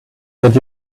that